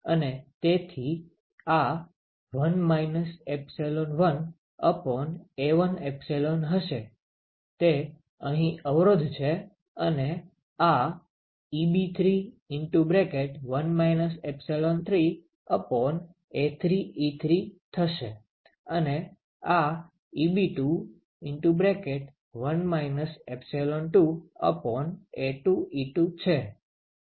અને તેથી આ 1 1A11 હશે તે અહીં અવરોધ છે અને આ Eb3 1 3A33 થશે અને આ Eb2 1 2A22 છે